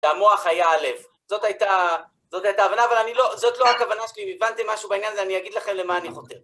המוח היה הלב, זאת הייתה הבנה, אבל זאת לא הכוונה שלי הבנתם משהו בעניין הזה, אני אגיד לכם למה אני חותר.